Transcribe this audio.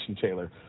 Taylor